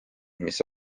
mis